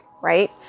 right